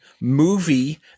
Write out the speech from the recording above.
movie